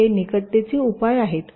तर हे निकटतेचे उपाय आहे